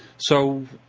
so